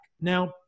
Now